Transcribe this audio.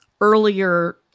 earlier